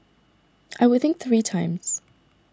I would think three times